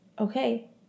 okay